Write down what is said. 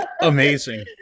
Amazing